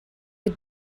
had